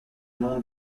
nom